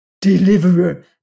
Deliverer